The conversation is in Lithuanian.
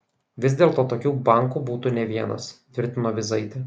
vis dėlto tokių bankų būtų ne vienas tvirtino vyzaitė